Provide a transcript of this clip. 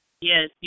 Yes